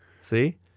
See